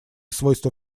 свойства